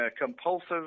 compulsive